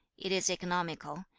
it is economical,